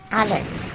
alles